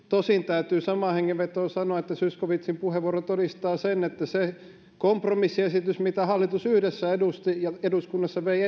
tosin täytyy samaan hengenvetoon sanoa että zyskowiczin puheenvuoro todistaa sen että se kompromissiesitys mitä hallitus yhdessä edisti ja eduskunnassa vei